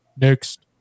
Next